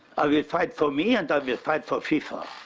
i will fight for me and i will fight for fifa.